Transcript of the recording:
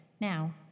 Now